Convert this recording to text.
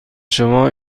شما